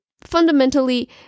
Fundamentally